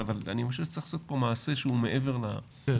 אבל אני חושב שצריך לעשות פה מעשה שהוא מעבר לדיווחים.